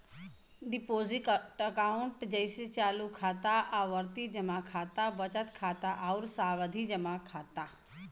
deposit account जइसे चालू खाता, आवर्ती जमा खाता, बचत खाता आउर सावधि जमा खाता